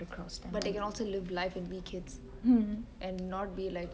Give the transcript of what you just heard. but they can also live life like new kids and not be like